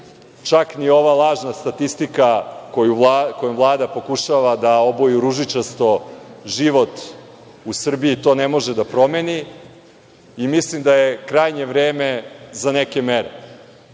Čak ni ova lažna statistika kojom Vlada pokušava da oboji u ružičasto život u Srbiji to ne može da promeni i mislim da je krajnje vreme za neke mere.